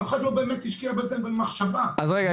אף אחד לא באמת השקיע בזה מחשבה --- אז רגע,